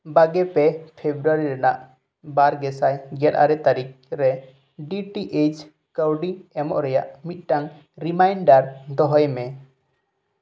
ᱵᱟᱜᱮ ᱯᱮ ᱯᱷᱮᱵᱽᱵᱨᱩᱣᱟᱨᱤ ᱨᱮᱱᱟᱜ ᱵᱟᱨᱜᱮᱥᱟᱭ ᱜᱮ ᱟᱨᱮ ᱛᱟᱨᱤᱠ ᱨᱮ ᱰᱤᱴᱤᱮᱭᱤᱪ ᱠᱟᱹᱣᱰᱤ ᱮᱢᱚᱜ ᱨᱮᱭᱟᱜ ᱢᱤᱫᱴᱟᱝ ᱨᱤᱢᱟᱭᱤᱱ ᱰᱟᱨ ᱫᱚᱦᱚᱭ ᱢᱮ